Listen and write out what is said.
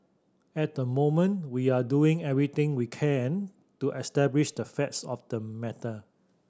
at the moment we are doing everything we can to establish the facts of the matter